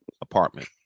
apartment